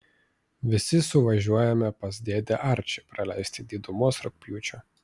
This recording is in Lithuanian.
visi suvažiuojame pas dėdę arčį praleisti didumos rugpjūčio